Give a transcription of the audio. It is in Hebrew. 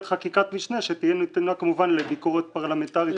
חקיקת משנה שתהיה נתונה כמובן לביקורת פרלמנטרית,